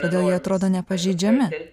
todėl jie atrodo nepažeidžiami